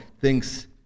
thinks